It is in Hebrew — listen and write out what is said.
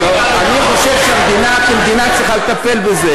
אני חושב שהמדינה כמדינה צריכה לטפל בזה,